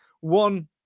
one